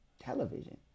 television